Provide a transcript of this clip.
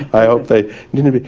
i hope, they need to be,